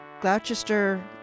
Gloucester